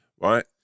right